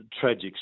tragic